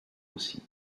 aussi